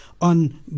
on